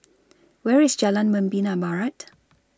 Where IS Jalan Membina Barat